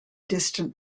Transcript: distant